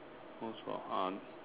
knows about an~